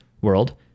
world